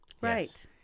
Right